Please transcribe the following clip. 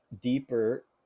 deeper